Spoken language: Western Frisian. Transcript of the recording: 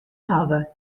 hawwe